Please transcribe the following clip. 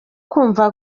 kumva